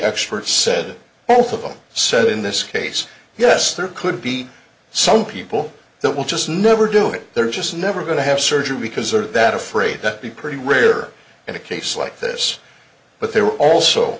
experts said both of them said in this case yes there could be some people that will just never do it they're just never going to have surgery because are that afraid that be pretty rare in a case like this but they were also